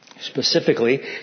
specifically